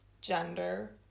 gender